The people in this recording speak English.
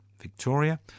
Victoria